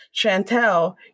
Chantel